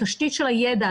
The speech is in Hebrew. התשתית של הידע,